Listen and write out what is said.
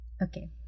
Okay